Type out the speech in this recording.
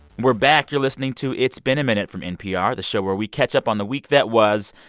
we're back. you're listening to it's been a minute from npr, the show where we catch up on the week that was.